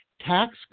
Tax